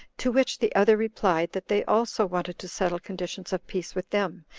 to which the other replied, that they also wanted to settle conditions of peace with them,